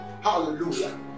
Hallelujah